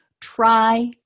try